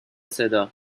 صدا